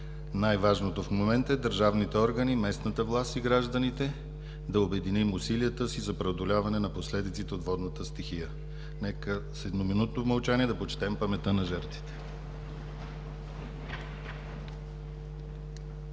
Най-важното в момента е държавните органи, местната власт и гражданите да обединим усилията си за преодоляване на последиците от водната стихия. Нека с едноминутно мълчание да почетем паметта на жертвите.